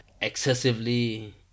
excessively